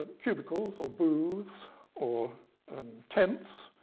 cubicles or booths or um tents.